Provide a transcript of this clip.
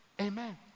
Amen